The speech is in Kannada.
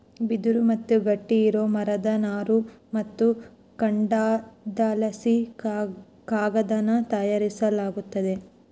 ಬಿದಿರು ಮತ್ತೆ ಗಟ್ಟಿ ಇರೋ ಮರದ ನಾರು ಮತ್ತೆ ಕಾಂಡದಲಾಸಿ ಕಾಗದಾನ ತಯಾರಿಸಲಾಗ್ತತೆ